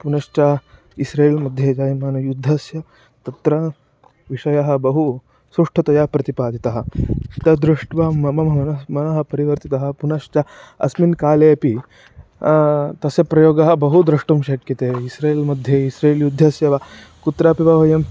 पुनश्च इस्रेल् मध्ये जायमानयुद्धस्य तत्र विषयः बहु सुष्ठुतया प्रतिपादितः तद्दृष्ट्वा मम मनः परिवर्तितं पुनश्च अस्मिन् कालेऽपि तस्य प्रयोगः बहु द्रष्टुं शक्यते इस्रेल् मध्ये इस्रेल् युद्धस्य वा कुत्रापि वा वयं